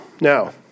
Now